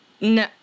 no